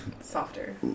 softer